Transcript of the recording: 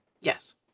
Yes